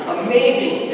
amazing